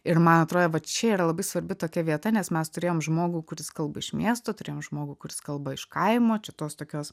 ir ma atrodė va čia yra labai svarbi tokia vieta nes mes turėjom žmogų kuris kalba iš miesto turėjom žmogų kurs kalba iš kaimo čia tos tokios